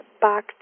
back